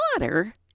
water